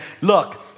look